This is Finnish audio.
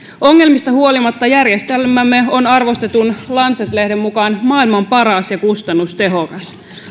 ongelmista huolimatta järjestelmämme on arvostetun lancet lehden mukaan maailman paras ja kustannustehokas